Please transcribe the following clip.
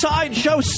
Sideshow